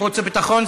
חוץ וביטחון.